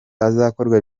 azakorwa